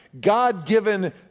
God-given